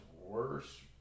worse